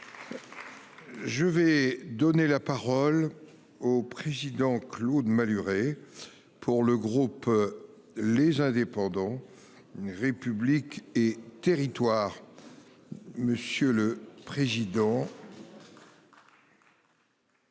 Je vais donner la parole au président Claude Malhuret. Pour le groupe. Les indépendants. République et Territoires. Monsieur le président.